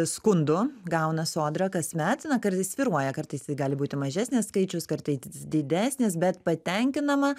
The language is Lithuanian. skundų gauna sodra kasmet na kartais svyruoja kartais tai gali būti mažesnis skaičius kartais didesnis bet patenkinama